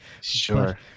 Sure